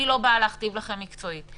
אני לא באה להכתיב לכם מקצועית.